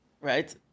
right